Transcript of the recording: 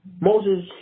Moses